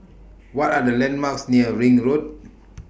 What Are The landmarks near Ring Road